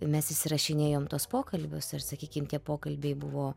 mes įsirašinėjom tuos pokalbius ir sakykim tie pokalbiai buvo